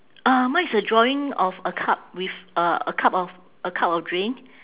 uh mine is a drawing of a cup with a a cup of a cup of drink